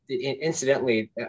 incidentally